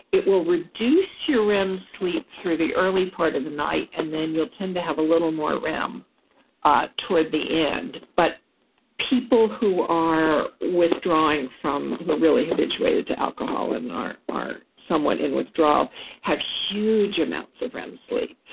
it will reduce your rem sleep through the early part of the night and then you'll tend to have a little more rem ah toward the end but people who are withdrawing from or really habituated to alcohol and are are somewhat in withdrawal have huge amounts of rem sleep.